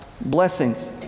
blessings